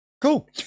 Cool